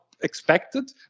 expected